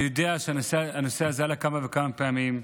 אני יודע שהנושא הזה עלה כמה וכמה פעמים.